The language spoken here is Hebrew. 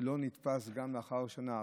שלא נתפס גם לאחר שנה.